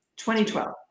2012